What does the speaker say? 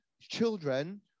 children